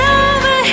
over